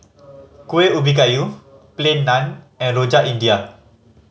Kuih Ubi Kayu Plain Naan and Rojak India